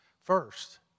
first